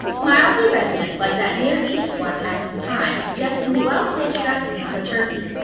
mildly resinous like that near east one packed in pine, suggesting the well-saged dressing of a turkey.